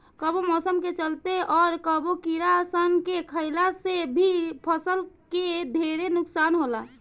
कबो मौसम के चलते, अउर कबो कीड़ा सन के खईला से भी फसल के ढेरे नुकसान होला